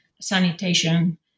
sanitation